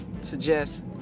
suggest